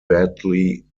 badly